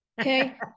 okay